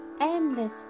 endless